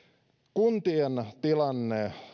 kuntien tilanne